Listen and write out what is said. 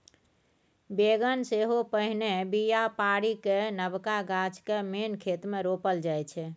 बेगन सेहो पहिने बीया पारि कए नबका गाछ केँ मेन खेत मे रोपल जाइ छै